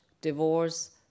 divorce